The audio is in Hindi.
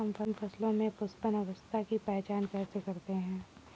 हम फसलों में पुष्पन अवस्था की पहचान कैसे करते हैं?